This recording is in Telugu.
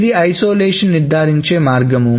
ఇది ఐసోలేషన్ నిర్ధారించే మార్గం